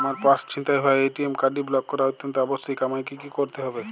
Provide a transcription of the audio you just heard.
আমার পার্স ছিনতাই হওয়ায় এ.টি.এম কার্ডটি ব্লক করা অত্যন্ত আবশ্যিক আমায় কী কী করতে হবে?